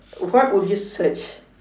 what would you search